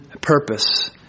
purpose